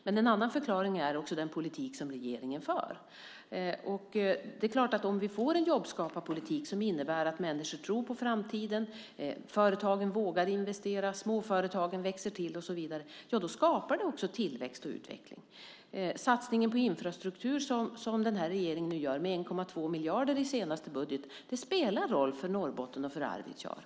Men en annan förklaring är den politik som regeringen för. Det är klart att om vi får en jobbskaparpolitik, som innebär att människor tror på framtiden, att företagen vågar investera, att småföretagen växer till och så vidare, skapar det också tillväxt och utveckling. Satsningen på infrastruktur som den här regeringen nu gör, med 1,2 miljarder i senaste budgeten, spelar roll för Norrbotten och för Arvidsjaur.